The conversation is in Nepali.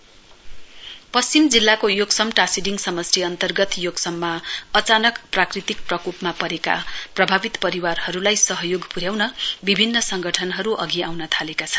लेन्डस्लाईड योक्सम पश्चिम जिल्लाको योक्सम टाशीडिङ समष्टि अन्तर्गत योक्सममा अचानक प्राकृतिक प्रकोपमा परेका प्रभावित परिवारहरूलाई सहयोग प्र्याउन विभिन्न संगठनहरू अधि आउन थालेका छन्